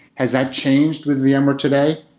has that changed with vmware today?